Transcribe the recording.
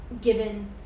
given